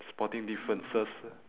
spotting differences